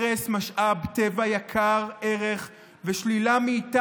הרס משאב טבע יקר ערך ושלילה של היכולת